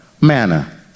manner